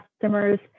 customers